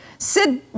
Sid